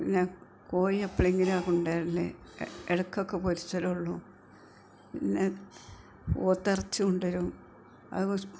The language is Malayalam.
പിന്നെ കോഴി എപ്പോളെങ്കിലുമാണ് കൊണ്ടുവരുന്നത് ഇടയ്ക്കൊക്കെ പൊരിക്കലുള്ളു പിന്നെ പോത്തിറച്ചി കൊണ്ടുവരും അത്